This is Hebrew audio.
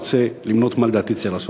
רוצה למנות מה לדעתי צריך לעשות.